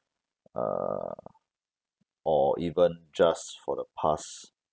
uh or even just for the past